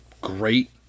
great